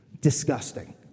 disgusting